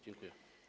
Dziękuję.